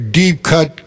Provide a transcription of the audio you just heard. deep-cut